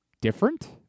different